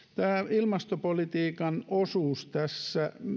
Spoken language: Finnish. ilmastopolitiikan osuus tässä